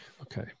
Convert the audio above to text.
Okay